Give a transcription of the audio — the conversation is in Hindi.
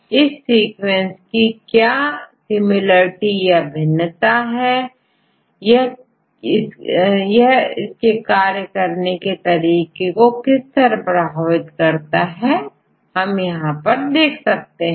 यदि सीक्वेंस वन और सीक्वेंस दो को देखें तो आप इनमें कुछ भिन्नता देख सकते हैं कुछ जगह पर पूर्ण समानता और किसी जगह पर असमानता दिखाई देगी इसके पश्चात आप इनका संबंध देख सकते हैं इनका कार्य और इसके कार्य करने के तरीके को यहकिस तरह प्रभावित करता है देख सकते हैं